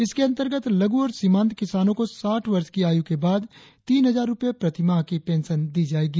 इसके अंतर्गत लघू और सीमांत किसानों को साठ वर्ष की आयु के बाद तीन हजार रुपए प्रति माह की पेंशन दी जाएगी